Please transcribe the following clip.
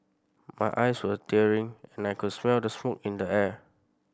my eyes were tearing and I could smell the smoke in the air